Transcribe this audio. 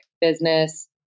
business